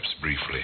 briefly